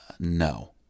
No